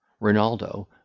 Rinaldo